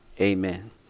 Amen